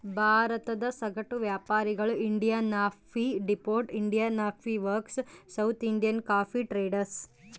ಭಾರತದ ಸಗಟು ವ್ಯಾಪಾರಿಗಳು Indian coffee depot, Indian coffee works, South Indian coffee traders